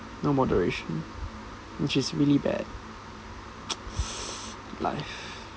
no moderation which is really bad life